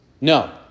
No